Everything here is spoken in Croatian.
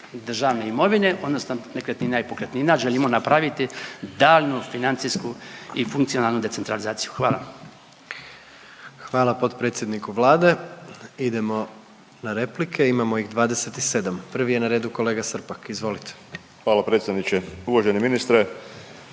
državne imovine odnosno nekretnina i pokretnina, želimo napraviti daljnju financijsku i funkcionalnu decentralizaciju, hvala. **Jandroković, Gordan (HDZ)** Hvala potpredsjedniku Vlade. Idemo na replike, imamo ih 27, prvi je na redu kolega Srpak, izvolite. **Srpak, Dražen (HDZ)** Hvala predsjedniče. Uvaženi ministre,